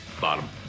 bottom